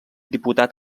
diputat